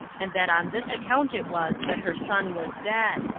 and that on this account it was that her son was dead.